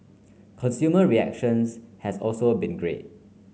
consumer reactions has also been great